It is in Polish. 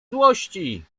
złości